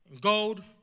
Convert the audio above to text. gold